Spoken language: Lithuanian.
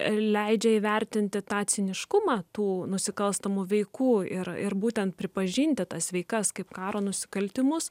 leidžia įvertinti tą ciniškumą tų nusikalstamų veikų ir ir būtent pripažinti tas veikas kaip karo nusikaltimus